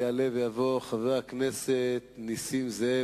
יעלה ויבוא חבר הכנסת נסים זאב.